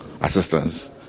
assistance